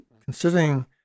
considering